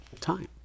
time